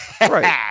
Right